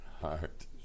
Heart